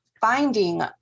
finding